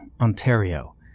Ontario